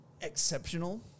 exceptional